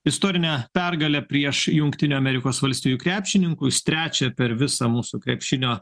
istorinę pergalę prieš jungtinių amerikos valstijų krepšininkus trečią per visą mūsų krepšinio